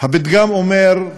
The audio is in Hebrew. הפתגם אומר: